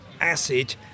acid